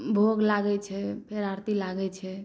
भोग लागै छै फेर आरती लागै छै